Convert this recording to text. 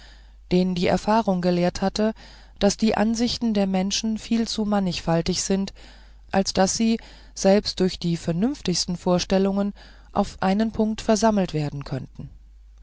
den die erfahrung gelehrt hatte daß die ansichten der menschen viel zu mannigfaltig sind als daß sie selbst durch die vernünftigsten vorstellungen auf einen punkt versammelt werden könnten